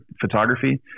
photography